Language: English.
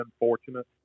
unfortunate